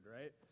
right